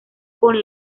con